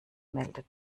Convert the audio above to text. meldet